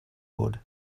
wood